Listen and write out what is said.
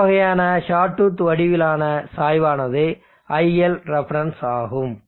இந்த வகையான ஷாட்டூத் வடிவிலான சாய்வானது iLref ஆகும்